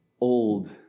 old